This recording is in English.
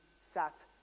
sat